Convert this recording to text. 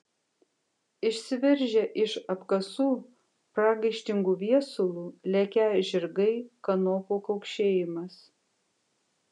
išsiveržę iš apkasų pragaištingu viesulu lekią žirgai kanopų kaukšėjimas